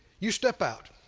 you step out.